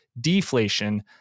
deflation